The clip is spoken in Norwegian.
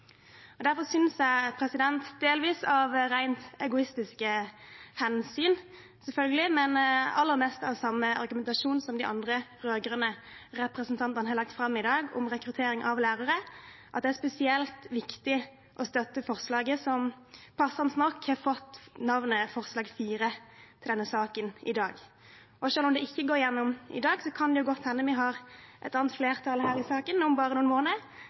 Derfor synes jeg, delvis av rent egoistiske hensyn, selvfølgelig, men aller mest ut fra samme argumentasjon som de andre rød-grønne representantene har lagt fram i dag om rekruttering av lærere, at det er spesielt viktig å støtte forslaget som – passende nok – har fått navnet «forslag 4» i denne saken i dag. Og selv om det ikke går igjennom i dag, kan det jo godt hende vi har et annet flertall i denne saken om bare noen måneder